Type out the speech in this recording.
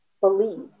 believe